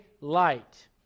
light